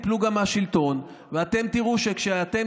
ואתם תיפלו גם מהשלטון ואתם תראו שכשאתם